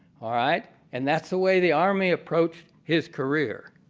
all right? and that's the way the army approached his career.